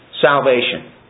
Salvation